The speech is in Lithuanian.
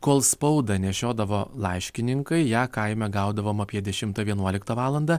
kol spauda nešiodavo laiškininkai ją kaime gaudavom apie dešimtą vienuoliktą valandą